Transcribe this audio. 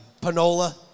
Panola